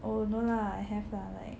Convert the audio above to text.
oh no lah I have lah like